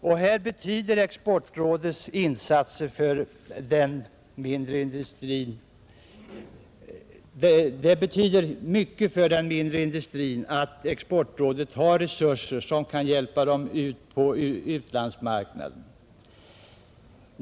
Det betyder mycket för de mindre industriföretagen att exportrådet har resurser att hjälpa dem ut på utlandsmarknaden.